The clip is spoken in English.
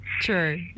True